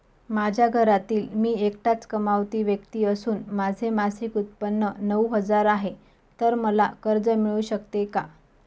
माझ्या घरातील मी एकटाच कमावती व्यक्ती असून माझे मासिक उत्त्पन्न नऊ हजार आहे, तर मला कर्ज मिळू शकते का?